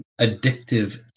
addictive